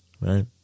right